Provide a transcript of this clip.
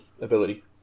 ability